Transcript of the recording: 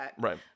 right